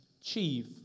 chief